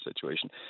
situation